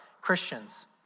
Christians